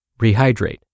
Rehydrate